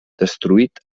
destruït